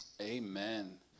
Amen